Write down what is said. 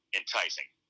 enticing